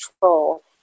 control